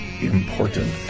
important